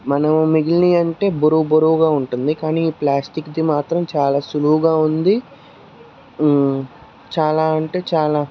మనం మిగిలినవి అంటే బరువు బరువుగా ఉంటుంది కానీ ప్లాస్టిక్ది మాత్రం చాలా సులువుగా ఉంది చాలా అంటే చాలా